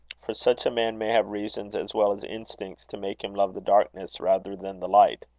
for such a man may have reasons as well as instincts to make him love the darkness rather than the light.